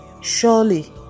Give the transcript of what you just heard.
Surely